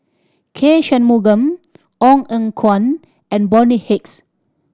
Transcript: K Shanmugam Ong Eng Guan and Bonny Hicks